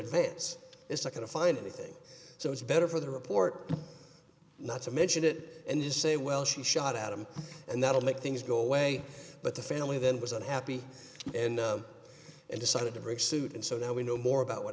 advance it's not going to find anything so it's better for the report not to mention it and then say well she shot at him and that will make things go away but the family then was unhappy and decided to bring suit and so now we know more about what